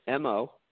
MO